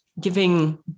giving